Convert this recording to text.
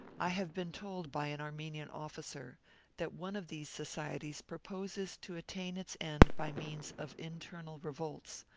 i have been told by an armenian officer that one of these societies proposes to attain its end by means of internal revolts,